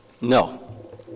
no